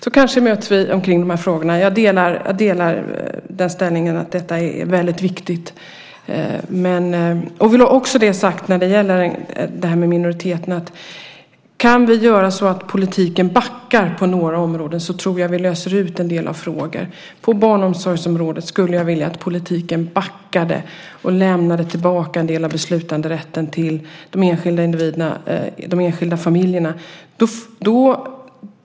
Vi kanske möts omkring de här frågorna. Jag delar uppfattningen att detta är väldigt viktigt. När det gäller det här med minoriteterna vill jag också ha sagt: Kan vi göra så att politiken backar på några områden tror jag att vi löser en del frågor. På barnomsorgsområdet skulle jag vilja att politiken backade och lämnade tillbaka en del av beslutanderätten till de enskilda individerna, de enskilda familjerna.